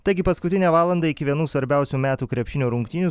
taigi paskutinę valandą iki vienų svarbiausių metų krepšinio rungtynių